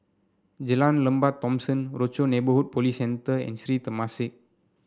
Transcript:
Jalan Lembah Thomson Rochor Neighborhood Police Centre and Sri Temasek